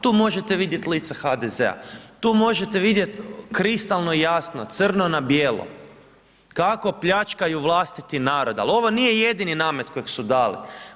Tu možete vidjeti lica HDZ-a, tu možete vidjeti kristalno i jasno crno na bijelo kako pljačkaju vlastiti narod, ali ovo nije jedini namet kojeg su dali.